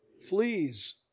fleas